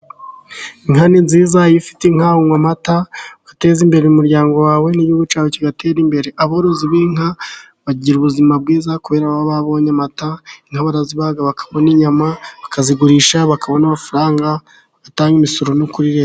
Inka ni nziza, iyo ufite inka unywa amata, ugateza imbere umuryango wawe n'Igihugu cyawe kigatera imbere. Abarozi b'inka bagira ubuzima bwiza kubera ko baba babonye amata. Inka barazibaga bakabona inyama, bakazigurisha bakabona amafaranga, bagatanga imisoro no kuri Leta.